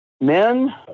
Men